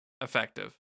effective